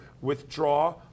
withdraw